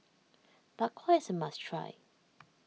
Bak Kwa is a must try